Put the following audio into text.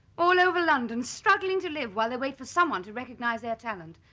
all over london struggling to live while they wait for someone to recognize their talent.